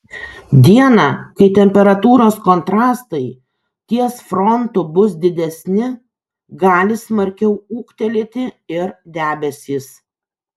dieną kai temperatūros kontrastai ties frontu bus didesni gali smarkiau ūgtelėti ir debesys